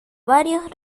varios